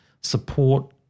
support